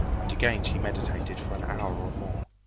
and again she meditated for an hour or more.